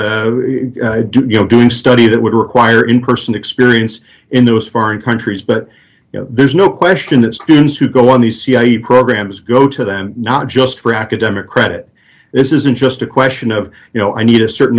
with you know doing study that would require in person experience in those foreign countries but you know there's no question that students who go on the cia programs go to them not just for academic credit this isn't just a question of you know i need a certain